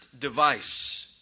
device